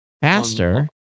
Faster